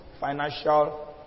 financial